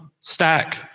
stack